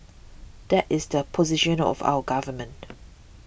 that is the position of our government